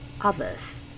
others